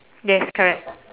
yes correct